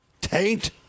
Taint